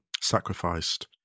sacrificed